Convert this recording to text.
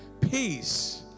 peace